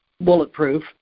bulletproof